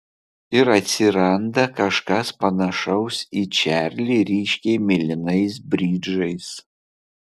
ir atsiranda kažkas panašaus į čarlį ryškiai mėlynais bridžais